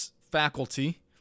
faculty